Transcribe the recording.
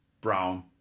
brown